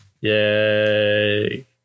yay